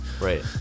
right